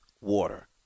water